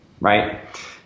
right